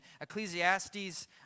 Ecclesiastes